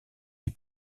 les